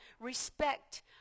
respect